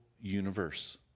universe